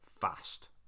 fast